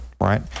right